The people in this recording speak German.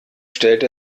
stellt